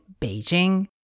Beijing